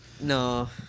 No